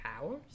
powers